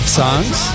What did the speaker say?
songs